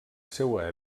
seua